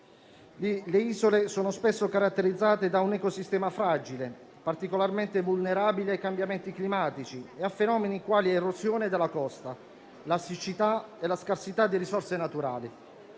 le isole sono spesso caratterizzate da un ecosistema fragile, particolarmente vulnerabile ai cambiamenti climatici e a fenomeni quali l'erosione della costa, la siccità e la scarsità di risorse naturali,